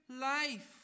life